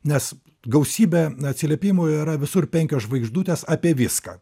nes gausybė atsiliepimų yra visur penkios žvaigždutės apie viską